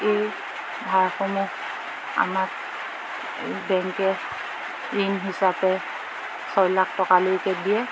এই ভাৰসমূহ আমাক বেংকে ঋণ হিচাপে ছয় লাখ টকালৈকে দিয়ে